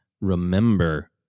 remember